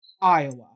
Iowa